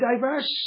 diverse